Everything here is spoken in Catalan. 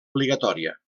obligatòria